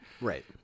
Right